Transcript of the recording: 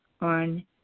on